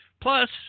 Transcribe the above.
Plus